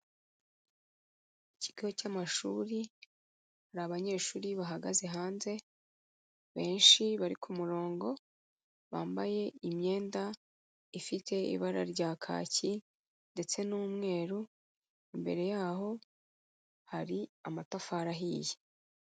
Ikigo cy'amashuri; hari abanyeshuri bahagaze hanze benshi bari kumurongo, bambaye imyenda ifite ibara rya kaki ndetse n'umweru, imbere yaho hari amatafari ahiye.